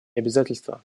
обязательства